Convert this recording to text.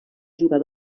jugar